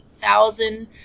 thousand